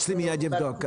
הצוות שלי מיד יבדוק.